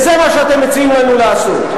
וזה מה שאתם מציעים לנו לעשות.